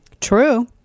True